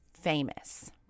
famous